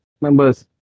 members